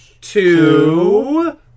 Two